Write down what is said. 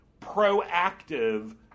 proactive